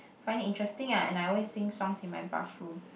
find it interesting ah and I always sing songs in my bathroom